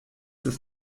das